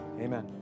Amen